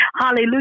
Hallelujah